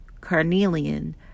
carnelian